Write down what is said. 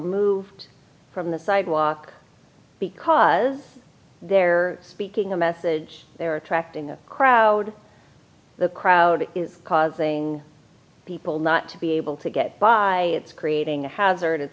moved from the sidewalk because they're speaking a message they're attracting the crowd the crowd is causing people not to be able to get by creating a hazard